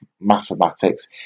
mathematics